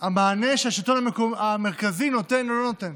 המענה שהשלטון המרכזי נותן או לא נותן.